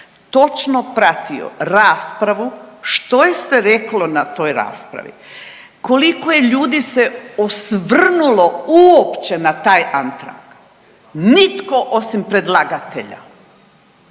točno pratio raspravu što je se reklo na toj raspravi, koliko je ljudi se osvrnulo uopće na taj Antrag, nitko osim predlagatelja